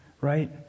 right